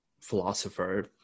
philosopher